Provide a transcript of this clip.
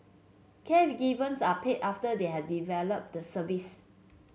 are paid after they have developed the service